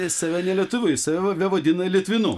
jis save ne lietuviu jis save vadina litvinu